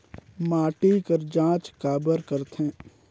माटी कर जांच काबर करथे?